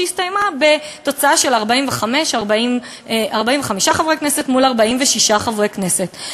שהסתיימה בתוצאה של 45 חברי כנסת מול 46 חברי כנסת.